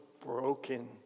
broken